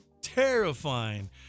terrifying